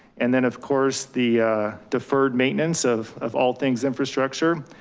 and then of course, the deferred maintenance of of all things, infrastructure,